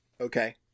Okay